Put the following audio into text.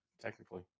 technically